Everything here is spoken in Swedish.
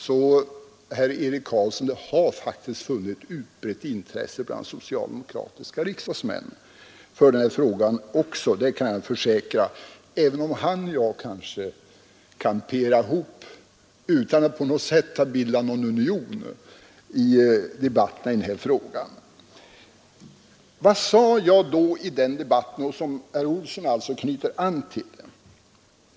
Så det har faktiskt funnits ett utbrett intresse bland socialdemokratiska riksdagsmän för den här frågan också, det kan jag försäkra herr Eric Carlsson, även om han och jag kanske kamperar ihop utan att det på något sätt har blivit en union i den här frågan. Vad sade jag då i den debatten och som herr Olsson också knyter an till?